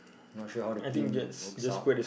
not sure how the game works out